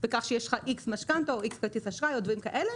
בכך שיש לךX משכנתא או X כרטיס אשראי או דברים כאלה,